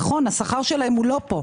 נכון, השכר שלהם לא פה.